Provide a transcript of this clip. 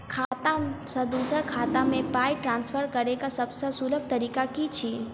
खाता सँ दोसर खाता मे पाई ट्रान्सफर करैक सभसँ सुलभ तरीका की छी?